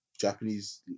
Japanese